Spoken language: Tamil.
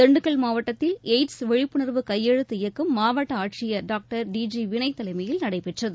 திண்டுக்கல் மாவட்டத்தில் எயிட்ஸ் விழிப்புணர்வு கையெழுத்து இயக்கம் மாவட்ட ஆட்சியர் டாக்டர் டி ஜி வினய் தலைமையில் நடைபெற்றது